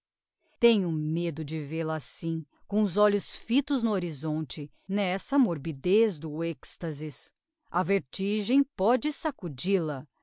tenho medo de vêl-a assim com os olhos fitos no horisonte n'essa morbidez do extasis a vertigem póde sacudil a